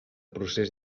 procés